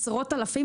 עשרות אלפים,